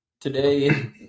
today